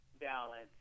balance